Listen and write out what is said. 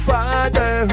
Father